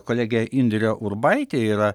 kolegė indrė urbaitė yra